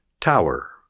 tower